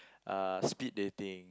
uh speed dating